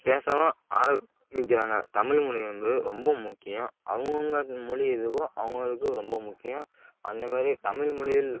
பேசவும் ஆரம்பிக்கிறாங்க தமிழ்மொழி என்பது ரொம்ப முக்கியம் அவங்கவுங்க மொழி எதுவோ அவங்களுக்கு ரொம்ப முக்கியம் அந்தமாரி தமிழ்மொழியில்